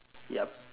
yup